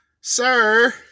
sir